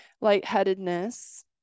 Lightheadedness